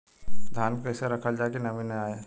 धान के कइसे रखल जाकि नमी न आए?